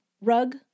rug